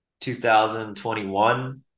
2021